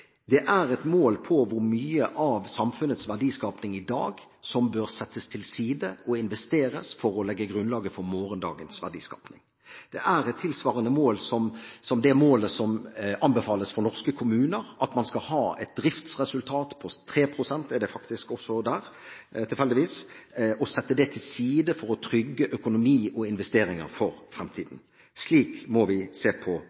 Det er et mål på hvor mye av samfunnets verdiskaping i dag som bør settes til side og investeres for å legge grunnlaget for morgendagens verdiskaping. Det er et tilsvarende mål som det målet som anbefales for norske kommuner, at man skal ha et driftsresultat på 3 pst. – det er det tilfeldigvis faktisk også der – og sette det til side for å trygge økonomi og investeringer for fremtiden. Slik må vi se på